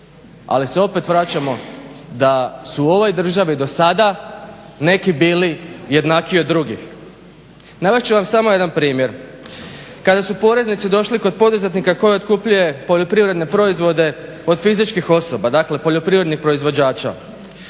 Ali se opet vraćamo da su u ovoj državi do sada neki bili jednakiji od drugih. Navest ću vam samo jedan primjer. Kada su poreznici došli kod poduzetnika koji otkupljuje poljoprivredne proizvode od fizičkih osoba, dakle poljoprivrednih proizvođača,